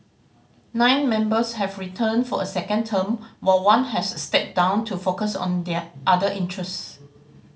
nine members have returned for a second term while one has stepped down to focus on their other interests